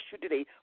today